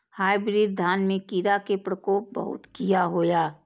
Hybrid धान में कीरा के प्रकोप बहुत किया होया?